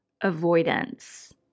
avoidance